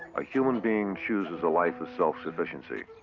a human being chooses a life of self-sufficiency.